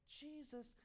Jesus